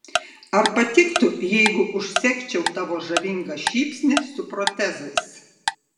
ar patiktų jeigu užsegčiau tavo žavingą šypsnį su protezais